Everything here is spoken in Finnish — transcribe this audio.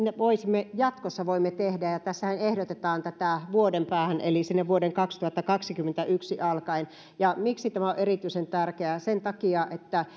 me jatkossa voimme tehdä ja tässähän ehdotetaan tätä vuoden päähän eli vuodesta kaksituhattakaksikymmentäyksi alkaen ja miksi tämä on erityisen tärkeää sen takia että